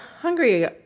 hungry